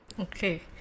Okay